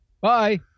Bye